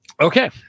okay